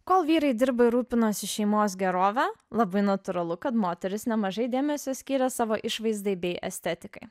kol vyrai dirbo ir rūpinosi šeimos gerove labai natūralu kad moterys nemažai dėmesio skyrė savo išvaizdai bei estetikai